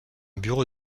bureau